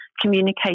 communicate